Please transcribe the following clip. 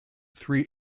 three